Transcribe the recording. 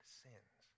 sins